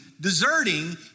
deserting